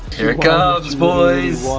here it comes boys.